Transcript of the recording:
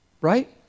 right